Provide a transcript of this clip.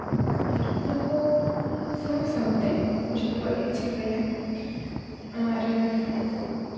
ᱟᱨ ᱚᱱᱟ ᱠᱚ ᱥᱟᱶ ᱥᱟᱶᱛᱮ ᱡᱚᱛᱚᱣᱟᱜ ᱜᱤᱧ ᱪᱤᱠᱟᱹᱭᱟ ᱟᱨ